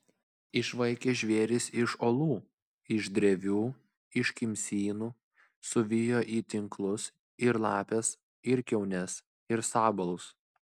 išvaikė žvėris iš olų iš drevių iš kimsynų suvijo į tinklus ir lapes ir kiaunes ir sabalus